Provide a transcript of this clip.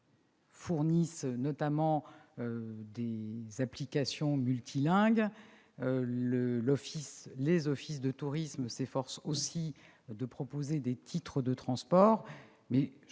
fournissant des applications multilingues. Les offices de tourisme s'efforcent aussi de proposer des titres de transport.